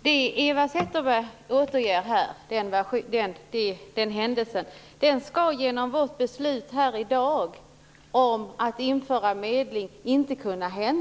Fru talman! Den händelse som Eva Zetterberg här återger skall genom vårt beslut här i dag om införandet av medling inte kunna ske.